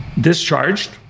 discharged